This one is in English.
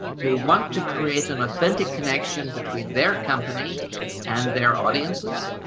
who want to create an authentic connection between their company and their audiences,